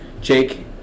Jake